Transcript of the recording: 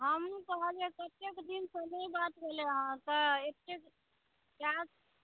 हमहुँ कहलियनि कतेक दिन पर आइ बात भेलै हॅं एतेक